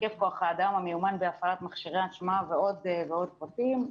היקף כוח האדם המיומן בהפעלת מכשירי הנשמה ועוד ועוד פרטים.